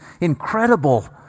incredible